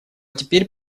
теперь